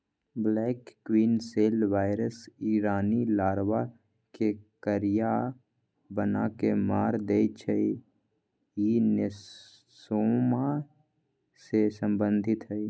black queen cell virus इ रानी larva के करिया बना के मार देइ छइ इ नेसोमा से सम्बन्धित हइ